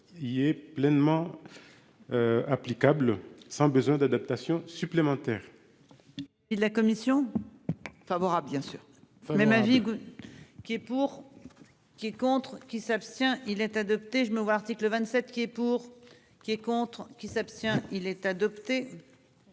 Il est pleinement. Applicable, sans besoin d'adaptation supplémentaire.